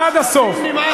עד הסוף.